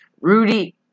Rudy